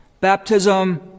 baptism